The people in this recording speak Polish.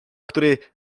który